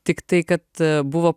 tiktai kad buvo